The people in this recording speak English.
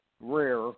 rare